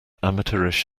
amateurish